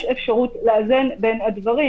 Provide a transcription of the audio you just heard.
יש אפשרות לאזן בין הדברים.